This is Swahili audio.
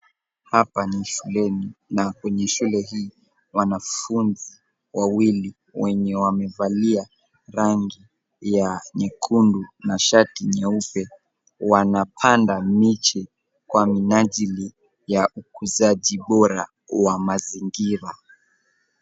Hapa ni shuleni na kwenye shule hii wanafunzi wawili wenye wamevalia rangi ya nyekundu na shati nyeupe wanapanda miche kwa minajili ya ukuzaji bora wa mazingira.